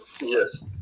Yes